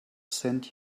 send